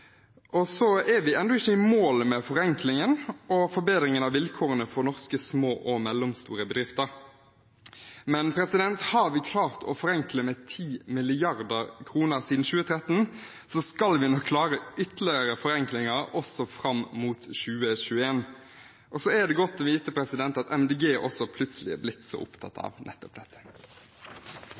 er ennå ikke i mål med forenklingen og forbedringen av vilkårene for norske små og mellomstore bedrifter, men har vi klart å forenkle med 10 mrd. kr siden 2013, skal vi nok klare noen ytterligere forenklinger fram mot 2021. Og så er det godt å vite at Miljøpartiet De Grønne også plutselig er blitt så opptatt av nettopp dette.